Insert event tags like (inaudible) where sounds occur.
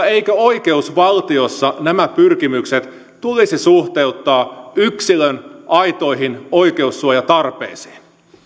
(unintelligible) eikö oikeusvaltiossa nämä pyrkimykset tulisi suhteuttaa yksilön aitoihin oikeussuojatarpeisiin